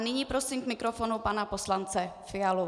Nyní prosím k mikrofonu pana poslance Fialu.